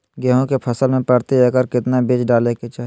गेहूं के फसल में प्रति एकड़ कितना बीज डाले के चाहि?